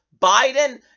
Biden